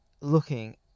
looking